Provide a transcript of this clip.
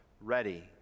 ready